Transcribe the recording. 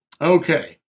Okay